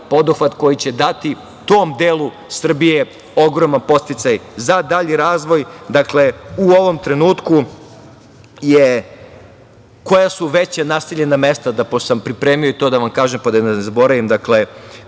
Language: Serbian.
poduhvat koji će dati tom delu Srbije ogroman podsticaj za dalji razvoj.U ovom trenutku koja su veća naseljena mesta, pošto sam pripremio i to da vam kažem, pa da ne zaboravim, koja